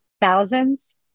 Thousands